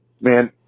Man